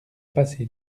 passé